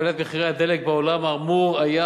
עקב עליית מחירי הדלק בעולם אמור היה